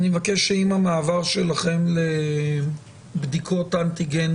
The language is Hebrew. אני אבקש שעם המעבר שלכם לבדיקות אנטיגן